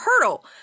hurdle